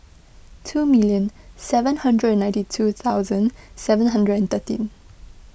two million seven hundred and ninety two thousand seven hundred and thirteen